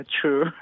true